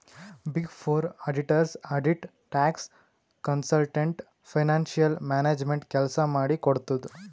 big four auditors audit, tax, consultant, financial management ಕೆಲ್ಸ ಮಾಡಿ ಕೊಡ್ತುದ್